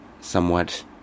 somewhat